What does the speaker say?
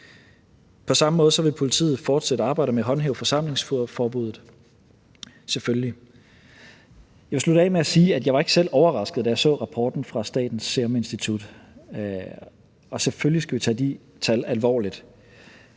På samme måde vil politiet selvfølgelig fortsætte arbejdet med at håndhæve forsamlingsforbuddet. Jeg vil slutte af med at sige, at jeg ikke selv var overrasket, da jeg så rapporten fra Statens Serum Institut, og selvfølgelig skal vi tage de tal alvorligt.